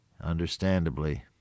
Understandably